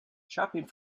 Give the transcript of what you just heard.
shopping